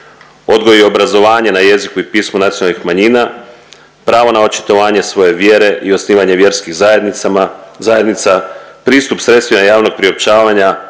odgoj i obrazovanje na jeziku i pismu nacionalnih manjina, pravo na očitovanje svoje vjere i osnivanje vjerskih zajednicama, zajednica, pristup sredstvima javnog priopćavanja,